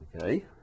Okay